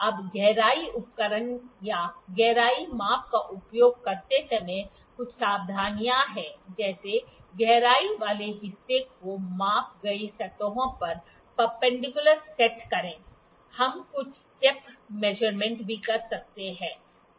अब गहराई उपकरण या गहराई माप का उपयोग करते समय कुछ सावधानियां हैं जैसे गहराई वाले हिस्से को मापी गई सतहों पर पर्पेनडिक्यूलर सेट करें हम कुछ स्टेप मैशरमेंट भी कर सकते हैं